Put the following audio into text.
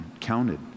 counted